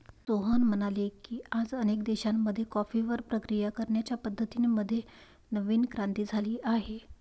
सोहन म्हणाले की, आज अनेक देशांमध्ये कॉफीवर प्रक्रिया करण्याच्या पद्धतीं मध्ये नवीन क्रांती झाली आहे